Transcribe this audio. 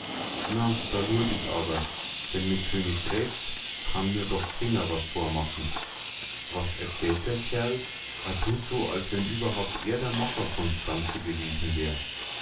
na da lurt ich aber denn mit koniggrätz kann mir doch keener was vormachen was erzählt der kerl a tut so als wenn überhaupt er der macher von's ganze gewesen wär